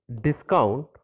discount